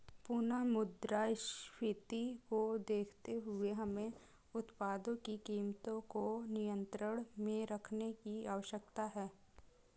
पुनः मुद्रास्फीति को देखते हुए हमें उत्पादों की कीमतों को नियंत्रण में रखने की आवश्यकता है